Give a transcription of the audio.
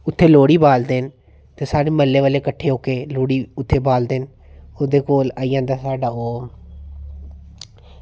उत्थें लोह्ड़ी बालदे न ते सारे म्हल्ले आह्ले कट्ठे हो के लोह्ड़ी उत्थें बालदे न ओह्दे कोल आई जंदा साढ़ा होम